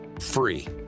free